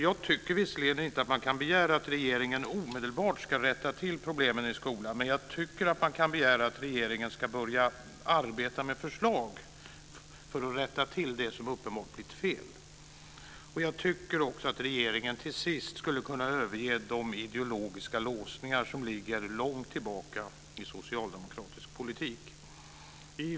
Jag tycker visserligen inte att man kan begära att regeringen omedelbart ska rätta till problemen i skolan, men jag tycker att man kan begära att regeringen ska börja arbeta med förslag för att rätta till det som uppenbart är fel. Jag tycker också att regeringen till sist skulle kunna överge de ideologiska låsningar som ligger långt tillbaka i socialdemokratisk politik.